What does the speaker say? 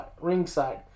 ringside